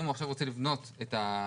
אם הוא עכשיו רוצה לבנות את הדירות,